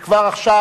וכבר עכשיו